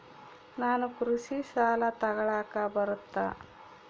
ನಾನು ಕೃಷಿ ಸಾಲ ತಗಳಕ ಬರುತ್ತಾ?